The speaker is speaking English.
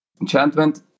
Enchantment